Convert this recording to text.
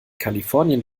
kalifornien